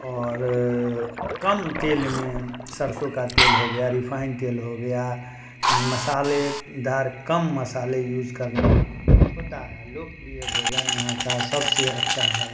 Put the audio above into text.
और कम तेल में सरसों का तेल हो गया रिफाइन तेल हो गया मसालेदार कम मसाले यूज करने का होता है लोकप्रिय भोजन यहाँ का से अच्छा है